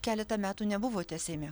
keletą metų nebuvote seime